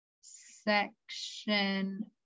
Section